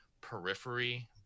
periphery